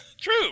True